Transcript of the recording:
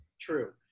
True